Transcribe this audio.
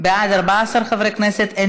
(תיקון מס' 3),